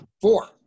Four